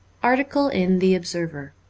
article in the observer